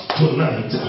tonight